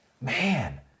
man